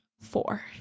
Four